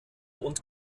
und